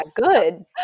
Good